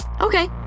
Okay